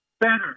better